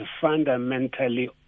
fundamentally